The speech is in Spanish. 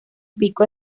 pico